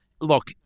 Look